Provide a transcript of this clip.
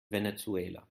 venezuela